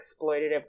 exploitative